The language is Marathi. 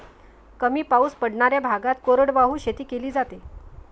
कमी पाऊस पडणाऱ्या भागात कोरडवाहू शेती केली जाते